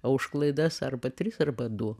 o už klaidas arba trys arba du